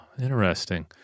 interesting